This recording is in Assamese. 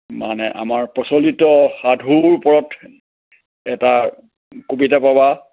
মানে আমাৰ প্ৰচলিত সাধুৰ ওপৰত এটা কবিতা পাবা